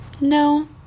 No